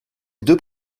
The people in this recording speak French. deux